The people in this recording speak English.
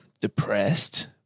depressed